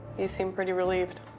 you seem pretty relieved.